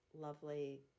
lovely